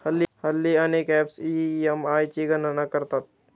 हल्ली अनेक apps EMI ची गणना करतात